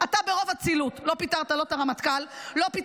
חברת הכנסת גוטליב, צריך